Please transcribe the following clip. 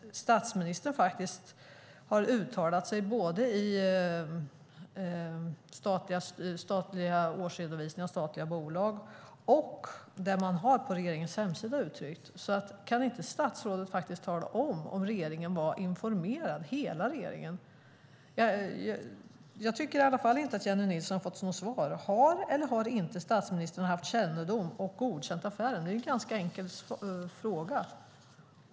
Statsministern har dock uttalat sig i årsredovisningar för statliga bolag, och man har uttryckt detta på regeringens hemsida. Kan statsrådet inte tala om huruvida hela regeringen var informerad? Jennie Nilsson har inte fått något svar. Har statsministern haft kännedom om och godkänt affären? Det är en enkel fråga.